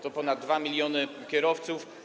To ponad 2 mln kierowców.